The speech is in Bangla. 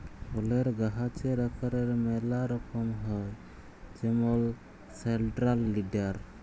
ফলের গাহাচের আকারের ম্যালা রকম হ্যয় যেমল সেলট্রাল লিডার